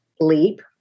leap